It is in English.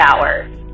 hours